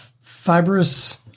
fibrous